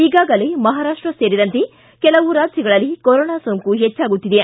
ಈಗಾಗಲೇ ಮಹಾರಾಷ್ಟ ಸೇರಿದಂತೆ ಕೆಲವು ರಾಜ್ಯಗಳಲ್ಲಿ ಕೊರೋನಾ ಸೋಂಕು ಪೆಚ್ಚಾಗುತ್ತಿದೆ